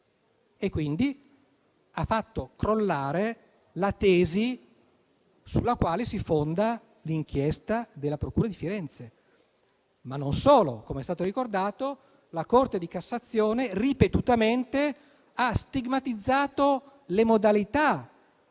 e quindi ha fatto crollare la tesi sulla quale si fonda l'inchiesta della procura di Firenze. Ma non solo. Come è stato ricordato, la Corte di cassazione ha ripetutamente stigmatizzato le modalità